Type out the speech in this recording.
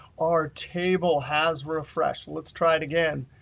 our table has refreshed. let's try it again.